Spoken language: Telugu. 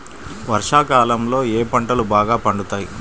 వర్షాకాలంలో ఏ పంటలు బాగా పండుతాయి?